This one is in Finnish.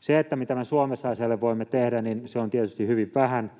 Se, mitä me Suomessa asialle voimme tehdä, on tietysti hyvin vähän.